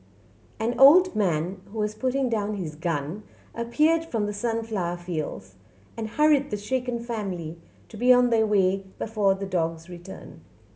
an old man who was putting down his gun appeared from the sunflower fields and hurried the shaken family to be on their way before the dogs return